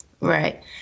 Right